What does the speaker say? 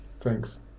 Thanks